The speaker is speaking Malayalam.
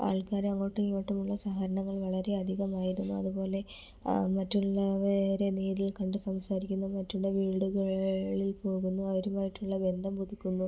ആൾക്കാർ അങ്ങോട്ടും ഇങ്ങോട്ടും ഉള്ള സഹകരണങ്ങൾ വളരെ അധികമായിരുന്നു അതുപോലെ മറ്റുള്ളവരെ നേരിൽ കണ്ട് സംസാരിക്കുന്നു മറ്റുള്ള വീടുകളിൽ പോവുന്നു അവരുമായിട്ടുള്ള ബന്ധം പുതുക്കുന്നു